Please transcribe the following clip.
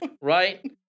right